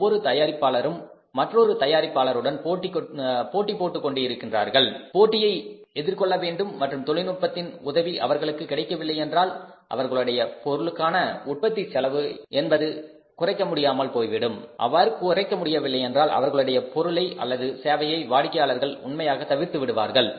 ஒவ்வொரு தயாரிப்பாளரும் மற்றொரு தயாரிப்பாளருடன் போட்டியிட்டு கொண்டிருக்கின்றார்கள் போட்டியை எதிர்கொள்ள வேண்டும் மற்றும் தொழில்நுட்பத்தின் உதவி அவர்களுக்கு கிடைக்கவில்லையென்றால் அவர்களுடைய பொருளுக்கான உற்பத்திச் செலவை குறைக்க முடியவில்லையென்றால் அவர்களுடைய பொருளை அல்லது சேவையை வாடிக்கையாளர்கள் உண்மையாக தவிர்த்து விடுவார்கள்